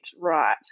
right